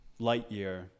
Lightyear